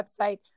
website